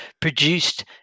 produced